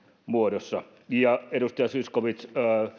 muodossa edustaja zyskowicz